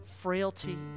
frailty